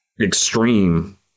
extreme